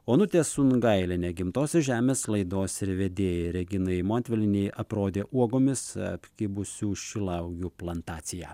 onutė sungailienė gimtosios žemės laidos vedėjai reginai montvilienei aprodė uogomis apkibusių šilauogių plantaciją